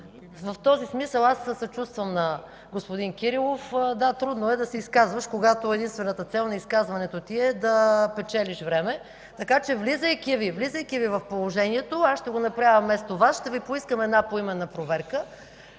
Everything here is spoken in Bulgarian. В този смисъл аз съчувствам на господин Кирилов. Да, трудно е да се изказваш, когато единствената цел на изказването ти е да печелиш време. Така че, влизайки Ви в положението, аз ще го направя вместо Вас. Ще Ви поискам една поименна проверка